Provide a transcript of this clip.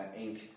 ink